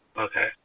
okay